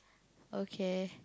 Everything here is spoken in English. okay